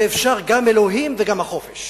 שאפשר גם אלוהים וגם החופש.